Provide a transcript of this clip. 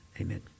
Amen